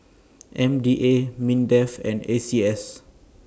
M D A Mindef and A C S